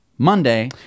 Monday